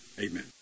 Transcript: Amen